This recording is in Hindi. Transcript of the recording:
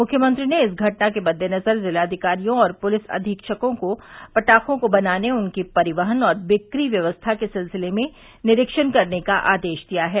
मुख्यमंत्री ने इस घटना के मद्देनज़र ज़िलाधिकारियों और पुलिस अधीक्षकों को पटाखों को बनाने उनकी परिवहन और बिक्री व्यवस्था के सिलसिले में निरीक्षण करने का आदेश दिया है